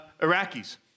Iraqis